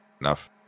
enough